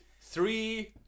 three